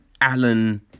Alan